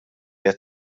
qed